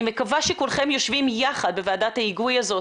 אני מקווה שכולכם יושבים יחד בוועדת ההיגוי הזאת